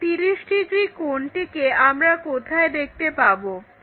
এই 30° কোণটিকে আমরা কোথায় দেখতে পাবো